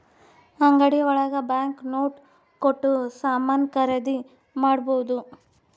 ಅಂಗಡಿ ಒಳಗ bank note ಕೊಟ್ಟು ಸಾಮಾನ್ ಖರೀದಿ ಮಾಡ್ಬೋದು